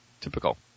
typical